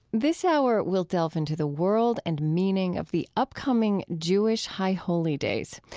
this hour, we'll delve into the world and meaning of the upcoming jewish high holy days,